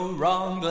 wrong